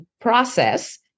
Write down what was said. process